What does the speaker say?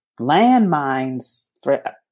landmines